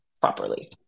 properly